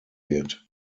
wird